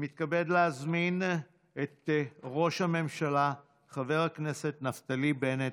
אני מתכבד להזמין את ראש הממשלה חבר הכנסת נפתלי בנט,